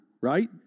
right